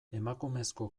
emakumezko